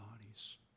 bodies